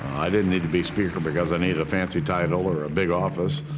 i didn't need to be speaker because i needed a fancy title or a big office.